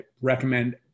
recommend